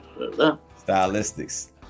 Stylistics